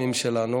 והממשלה.